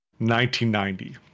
1990